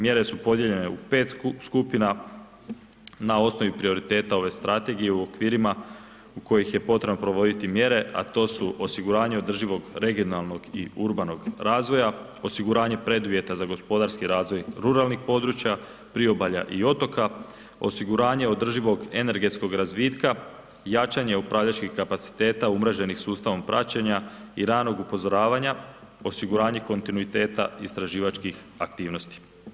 Mjere su podijeljene u pet skupina na osnovi prioriteta ove Strategije u okvirima u kojih je potrebno provoditi mjere, a to su osiguranje održivog regionalnog i urbanog razvoja, osiguranje preduvjeta za gospodarski razvoj ruralnih područja, priobalja i otoka, osiguranje održivog energetskog razvitka, jačanje upravljačkih kapaciteta umreženih sustavom praćenja i ranog upozoravanja, osiguranje kontinuiteta istraživačkih aktivnosti.